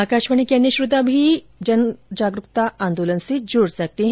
आकाशवाणी के अन्य श्रोता भी कोरोना जनजागरुकता आंदोलन से जुड सकते हैं